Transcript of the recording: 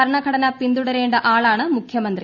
ഭരണഘടന പിന്തുടരേണ്ട ആളാണ് മുഖ്യമന്ത്രി